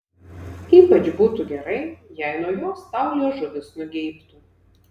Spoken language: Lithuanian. ypač būtų gerai jei nuo jos tau liežuvis nugeibtų